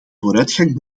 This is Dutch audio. vooruitgang